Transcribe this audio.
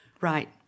Right